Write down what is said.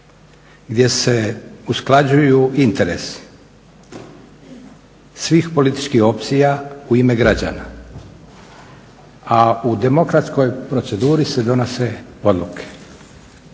gdje se usklađuju interesi svih političkih opcija u ime građana, a u demokratskoj proceduri se donose odluke.